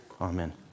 Amen